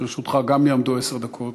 גם לרשותך יעמדו עשר דקות.